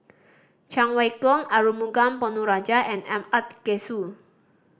Cheng Wai Keung Arumugam Ponnu Rajah and M